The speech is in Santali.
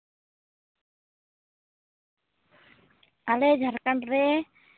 ᱟᱞᱮ ᱡᱷᱟᱲᱠᱷᱚᱸᱰ ᱨᱮ